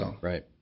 right